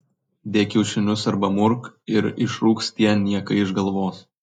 dėk kiaušinius arba murk ir išrūks tie niekai iš galvos